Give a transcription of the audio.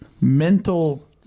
mental